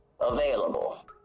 available